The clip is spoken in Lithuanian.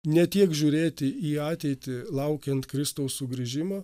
ne tiek žiūrėti į ateitį laukiant kristaus sugrįžimo